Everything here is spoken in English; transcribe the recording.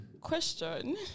Question